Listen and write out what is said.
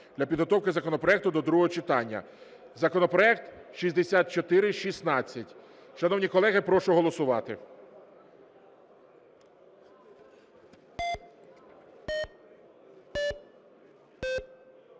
для підготовки законопроекту до другого читання законопроект 6416. Шановні колеги, прошу голосувати.